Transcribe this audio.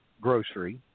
grocery